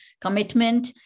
commitment